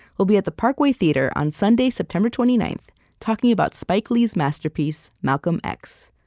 we'll be at the parkway theater on sunday, september twenty ninth talking about spike lee's masterpiece, malcolm x.